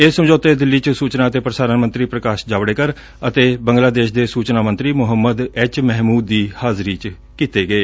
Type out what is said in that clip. ਇਹ ਸਮਝੌਤੇ ਦਿੱਲੀ ਚ ਸੁਚਨਾ ਅਤੇ ਪ੍ਰਸਾਰਣ ਮੰਤਰੀ ਪ੍ਰਕਾਸ਼ ਜਾਵੜੇਕਰ ਅਤੇ ਬੰਗਲਾਦੇਸ਼ ਦੇ ਸੁਚਨਾ ਮੰਤਰੀ ਮੁਹੰਮਦ ਐਚ ਮਹਿਮੁਦ ਦੀ ਹਾਜ਼ਰੀ ਚ ਕੀਤੇ ਗਏ